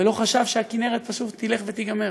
ולא חשב שהכינרת פשוט תלך ותיגמר,